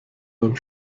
beim